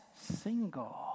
single